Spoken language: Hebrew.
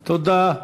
תודה.